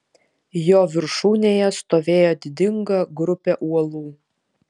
jo viršūnėje stovėjo didinga grupė uolų